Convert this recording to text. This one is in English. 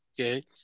okay